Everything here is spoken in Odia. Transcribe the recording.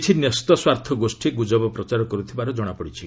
କିଛି ନ୍ୟସ୍ତସ୍ୱାର୍ଥ ଗୋଷ୍ଠୀ ଗୁଜବ ପ୍ରଚାର କରୁଥିବାର ଜଣାପଡ଼ିଛି